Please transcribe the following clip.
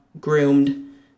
groomed